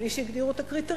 בלי שהגדירו את הקריטריונים.